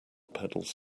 pedals